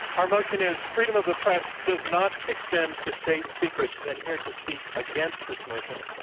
our motion is freedom of the press does not extend to state secrets, and here to speak against this motion,